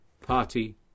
party